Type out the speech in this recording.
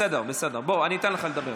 בסדר, בסדר, אני אתן לך לדבר.